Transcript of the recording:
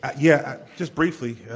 yeah. just briefly. yeah